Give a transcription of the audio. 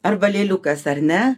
arba lėliukas ar ne